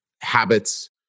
habits